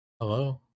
hello